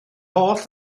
holl